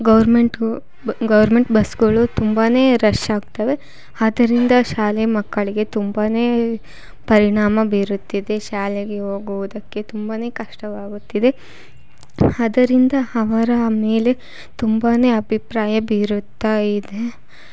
ಗೌರ್ಮೆಂಟ್ಗು ಬ ಗೌರ್ಮೆಂಟ್ ಬಸ್ಗಳು ತುಂಬನೇ ರಶ್ ಆಗ್ತವೆ ಆದ್ದರಿಂದ ಶಾಲಾ ಮಕ್ಕಳಿಗೆ ತುಂಬನೇ ಪರಿಣಾಮ ಬೀರುತ್ತಿದೆ ಶಾಲೆಗೆ ಹೋಗುವುದಕ್ಕೆ ತುಂಬನೇ ಕಷ್ಟವಾಗುತ್ತಿದೆ ಆದ್ದರಿಂದ ಅವರ ಮೇಲೆ ತುಂಬನೇ ಅಭಿಪ್ರಾಯ ಬೀರುತ್ತಾ ಇದೆ